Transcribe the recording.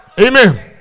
Amen